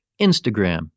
Instagram